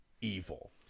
evil